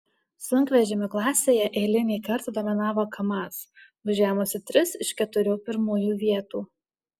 sunkvežimių klasėje eilinį kartą dominavo kamaz užėmusi tris iš keturių pirmųjų vietų